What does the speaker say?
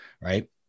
right